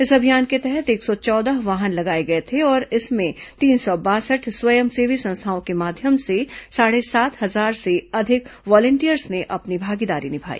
इस अभियान के तहत एक सौ चौदह वाहन लगाए गए थे और इसमें तीन सौ बासठ स्वयंसेवी संस्थाओं के माध्यम से साढ़े सात हजार से अधिक वॉलिंटियर्स ने अपनी भागीदारी निभाई